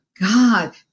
God